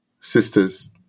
sisters